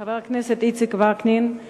חבר הכנסת איציק וקנין,